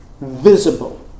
visible